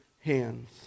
hands